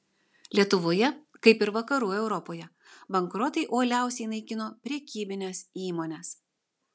lietuvoje kaip ir vakarų europoje bankrotai uoliausiai naikino prekybines įmones